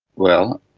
well,